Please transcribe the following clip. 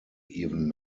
even